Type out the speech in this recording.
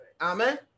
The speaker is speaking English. Amen